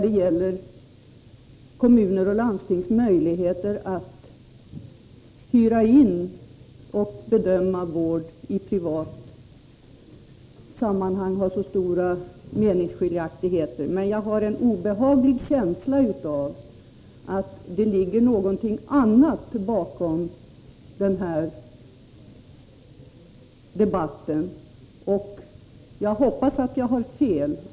Jag vet att kommuner och landsting har möjligheter att bedöma olika privata vårdformer, för där är meningsskiljaktigheterna så stora mellan oss. Men jag har en obehaglig känsla av att det ligger någonting annat bakom den här debatten. Jag hoppas att jag har fel.